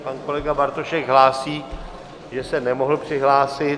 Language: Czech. Pan kolega Bartošek hlásí, že se nemohl přihlásit.